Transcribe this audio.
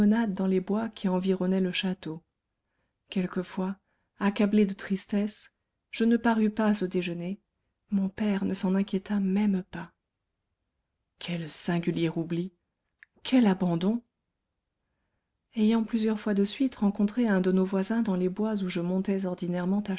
dans les bois qui environnaient le château quelquefois accablée de tristesse je ne parus pas au déjeuner mon père ne s'en inquiéta même pas quel singulier oubli quel abandon ayant plusieurs fois de suite rencontré un de nos voisins dans les bois où je montais ordinairement